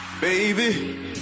Baby